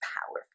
powerful